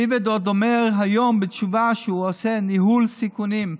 ואיווט עוד אומר היום בתשובה שהוא עושה ניהול סיכונים.